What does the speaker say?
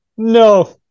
No